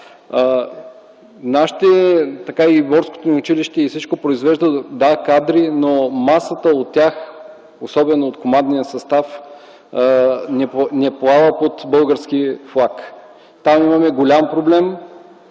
капитанът. Морското ни училище произвежда кадри, но масата от тях, особено от командния състав, не плават под български флаг. Там имаме голям проблем.